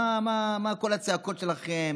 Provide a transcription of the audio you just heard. מה כל הצעקות שלכם,